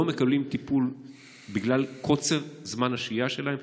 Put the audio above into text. מקבלים טיפול בגלל קוצר זמן השהייה שלהם,